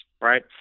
right